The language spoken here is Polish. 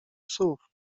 psów